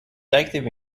active